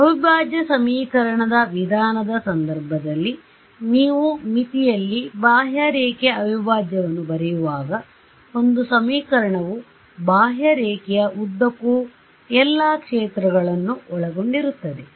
ಅವಿಭಾಜ್ಯ ಸಮೀಕರಣದ ವಿಧಾನದ ಸಂದರ್ಭದಲ್ಲಿನೀವು ಮಿತಿಯಲ್ಲಿ ಬಾಹ್ಯರೇಖೆ ಅವಿಭಾಜ್ಯವನ್ನು ಬರೆಯುವಾಗ ಒಂದು ಸಮೀಕರಣವು ಬಾಹ್ಯರೇಖೆಯ ಉದ್ದಕ್ಕೂ ಎಲ್ಲಾ ಕ್ಷೇತ್ರಗಳನ್ನು ಒಳಗೊಂಡಿರುತ್ತದೆ